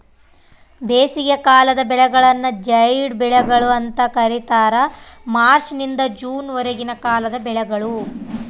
ಬೇಸಿಗೆಕಾಲದ ಬೆಳೆಗಳನ್ನು ಜೈಡ್ ಬೆಳೆಗಳು ಅಂತ ಕರೀತಾರ ಮಾರ್ಚ್ ನಿಂದ ಜೂನ್ ವರೆಗಿನ ಕಾಲದ ಬೆಳೆಗಳು